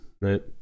right